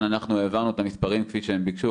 העברנו את המספרים כפי שהם ביקשו,